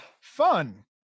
Fun